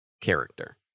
character